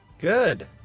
Good